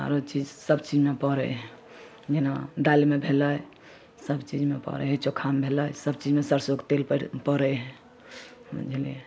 आओर चीज सबचीजमे पड़ै हइ जेना दालिमे भेलै सबचीजमे पड़ै हइ चोखामे भेलै सबचीजमे सरिसोके तेल पड़ै हइ बुझलिए